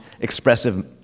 expressive